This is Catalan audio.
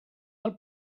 del